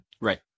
Right